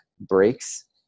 breaks